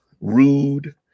rude